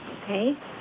Okay